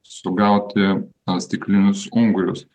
sugauti stiklinius ungurius